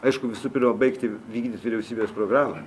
aišku visų pirma baigti vykdyt vyriausybės programą